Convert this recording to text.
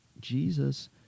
Jesus